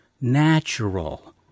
natural